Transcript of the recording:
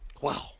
Wow